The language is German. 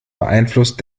beeinflusst